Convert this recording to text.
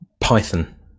Python